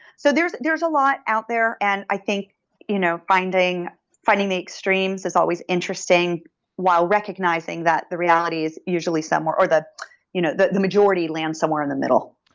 so there's there's a lot out there and i think you know finding finding the extremes is always interesting while recognizing that the reality is usually somewhere or the you know the majority land somewhere in the middle.